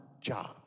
job